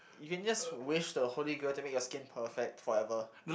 you can just wish the holy grail to make your skin perfect forever